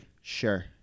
sure